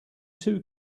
two